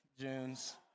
June's